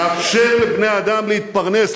לאפשר לבני-אדם להתפרנס,